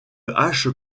hache